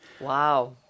Wow